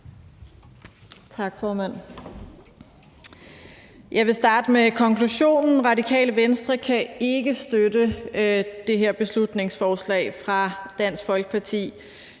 Tak, formand. Jeg vil starte med konklusionen: Radikale Venstre kan ikke støtte det her beslutningsforslag fra Dansk Folkeparti.